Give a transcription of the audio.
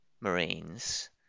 marines